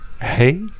Hey